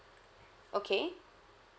okay